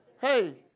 Hey